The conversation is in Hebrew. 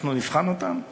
ואנחנו נבחן אותן.